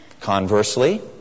Conversely